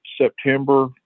September